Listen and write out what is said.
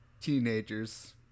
teenagers